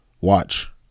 watch